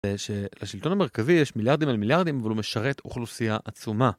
זה שלשלטון המרכזי יש מיליארדים על מיליארדים אבל הוא משרת אוכלוסייה עצומה